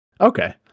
Okay